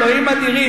אלוהים אדירים,